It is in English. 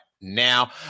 now